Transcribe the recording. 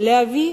להביא